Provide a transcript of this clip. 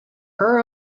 her